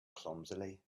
clumsily